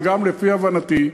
וגם לפי הבנתי,